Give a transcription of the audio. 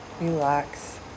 Relax